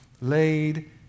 laid